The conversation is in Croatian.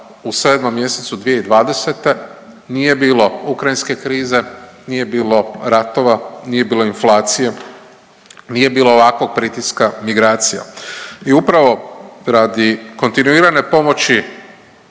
u 7. mj. 2020. nije bilo ukrajinske krize, nije bilo ratova, nije bilo inflacije, nije bilo ovakvog pritiska migracija i upravo radi kontinuirane pomoći